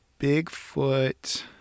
Bigfoot